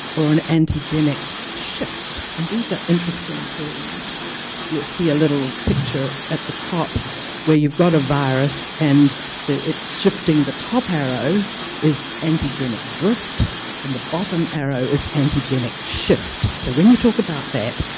or an antigenic shift? and these are interesting terms you'll see a little picture at the top where you've got a virus and it's shifting. the top arrow is antigenic drift and the bottom arrow is antigenic shift so when you talk about that,